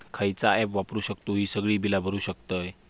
खयचा ऍप वापरू शकतू ही सगळी बीला भरु शकतय?